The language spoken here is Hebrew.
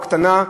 או קטנה,